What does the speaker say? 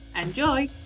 Enjoy